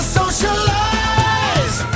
socialize